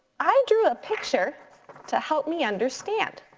i drew a picture to help me understand.